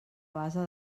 base